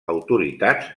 autoritats